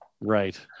Right